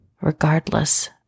regardless